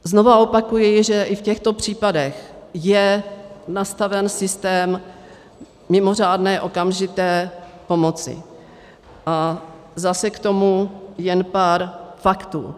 Znova opakuji, že i v těchto případech je nastaven systém mimořádné okamžité pomoci, a zase k tomu jen pár faktů.